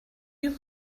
you